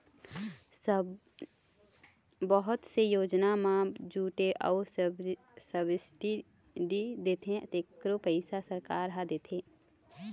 बहुत से योजना म छूट अउ सब्सिडी देथे तेखरो पइसा सरकार ह देथे